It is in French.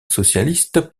socialiste